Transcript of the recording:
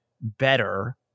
better